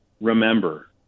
remember